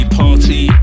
party